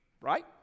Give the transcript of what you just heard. right